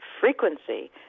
frequency